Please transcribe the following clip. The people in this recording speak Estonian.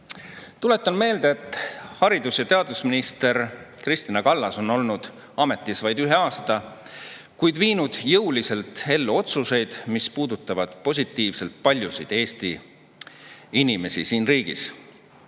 Tuletan meelde, et haridus- ja teadusminister Kristina Kallas on olnud ametis vaid ühe aasta, kuid viinud jõuliselt ellu otsuseid, mis puudutavad positiivselt paljusid Eesti inimesi siin riigis.